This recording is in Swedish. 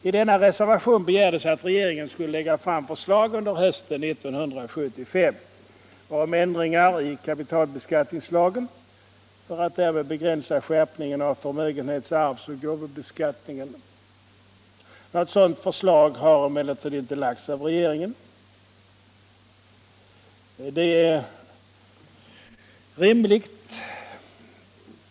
I denna reservation begärdes att regeringen skulle lägga fram förslag under hösten 1975 om ändringar i kapitalbeskattningslagen för att därmed begränsa skärpningen av förmögenhets-, arvsoch gåvobeskattningen. Något sådant förslag har emellertid inte lagts av regeringen.